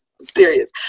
serious